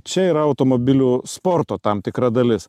čia yra automobilių sporto tam tikra dalis